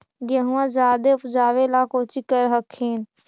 गेहुमा जायदे उपजाबे ला कौची कर हखिन?